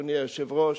אדוני היושב-ראש,